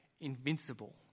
invincible